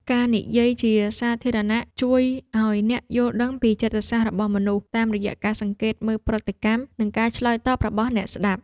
ការនិយាយជាសាធារណៈជួយឱ្យអ្នកយល់ដឹងពីចិត្តសាស្ត្ររបស់មនុស្ស តាមរយៈការសង្កេតមើលប្រតិកម្ម និងការឆ្លើយតបរបស់អ្នកស្ដាប់។